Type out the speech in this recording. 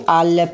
al